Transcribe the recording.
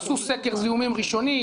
עשו סקר זיהומים ראשוני,